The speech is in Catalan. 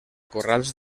corrals